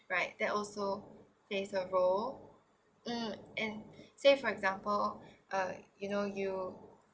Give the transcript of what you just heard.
right that also plays a role mm and say for example uh you know you